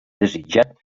desitjat